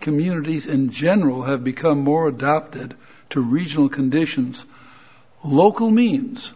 communities in general have become more adapted to regional conditions local means